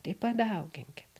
tai padauginkit